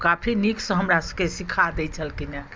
काफी नीकसँ हमरा सबकेँ सिखा दै छलखिन हँ